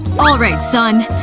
alright, son,